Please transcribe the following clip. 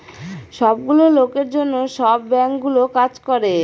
সব গুলো লোকের জন্য সব বাঙ্কগুলো কাজ করে